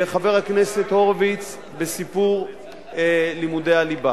חבר הכנסת הורוביץ נגע בסיפור לימודי הליבה,